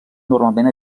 normalment